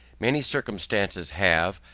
many circumstances have,